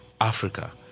Africa